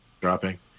dropping